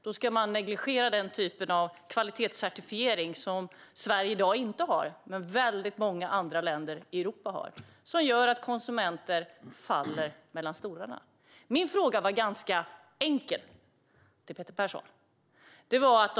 Då ska man negligera den typ av kvalitetscertifiering som Sverige i dag inte har men som väldigt många andra länder i Europa har. Det gör att konsumenter faller mellan två stolar. Min fråga till Peter Persson var ganska enkel.